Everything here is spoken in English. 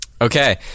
Okay